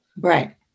Right